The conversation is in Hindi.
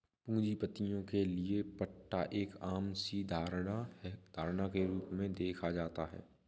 पूंजीपतियों के लिये पट्टा एक आम सी धारणा के रूप में देखा जाता है